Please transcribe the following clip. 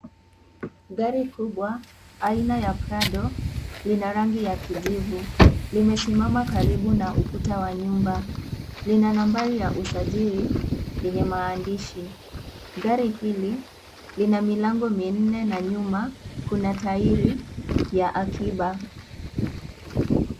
Gari kubwa aina ya Prado lina rangi ya kijivu limesimama karibu na ukuta wa nyumba, lina nambari ya usajili lenye maandishi, gari hili lina milango minne na nyuma kuna tairi ya akiba.